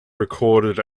recorded